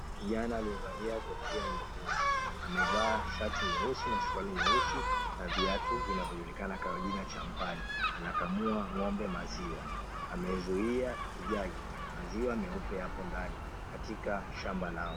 Kijani aliyevaa kofia nyekundu amevaa shati nyeusi na suruali nyeusi na viatu vinavyojulikana kwa jina champali, anakamuwa ng'ombe maziwa. Amezuia kijagi maziwa meupe yapo ndani katika shamba lao.